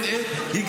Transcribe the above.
כן יכול לוותר.